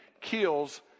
kills